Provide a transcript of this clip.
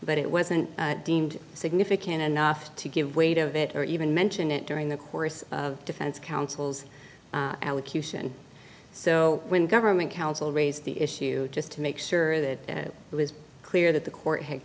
but it wasn't deemed significant enough to give weight of it or even mention it during the course of defense counsel's allocution so when government counsel raised the issue just to make sure that it was clear that the court had